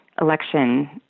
election